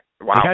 Wow